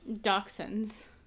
dachshunds